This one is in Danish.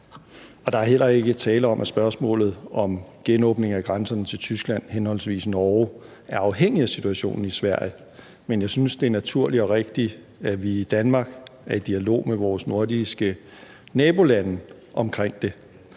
der er heller ikke tale om, at genåbningen af grænserne til Tyskland henholdsvis Norge er afhængig af situationen i Sverige, men jeg synes, det er naturligt og rigtigt, at vi i Danmark er i dialog med vore nordiske nabolande om det.